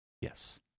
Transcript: Yes